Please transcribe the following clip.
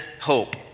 hope